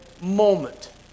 moment